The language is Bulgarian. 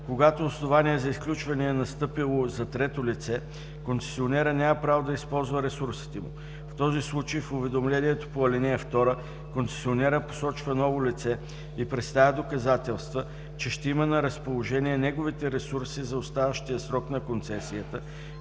Когато основание за изключване е настъпило за трето лице, концесионерът няма право да използва ресурсите му. В този случай в уведомлението по ал. 2 концесионерът посочва ново лице и представя доказателства, че ще има на разположение неговите ресурси за оставащия срок на концесията,